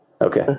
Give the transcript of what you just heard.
Okay